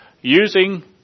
using